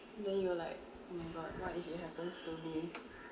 then you are like oh my god what if it happens to me